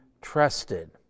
trusted